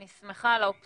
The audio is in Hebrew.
אני שמחה על האופטימיות,